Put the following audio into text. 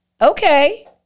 okay